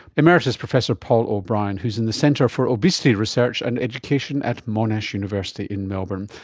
emeritus professor paul o'brien who is in the centre for obesity research and education at monash university in melbourne.